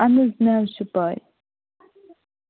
اہن حظ مےٚ حظ چھِ پے